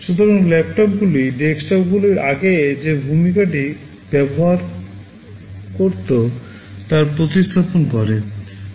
সুতরাং ল্যাপটপগুলি ডেস্কটপগুলির আগে যে ভূমিকাটি ব্যবহার করত তার প্রতিস্থাপন করে